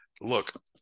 Look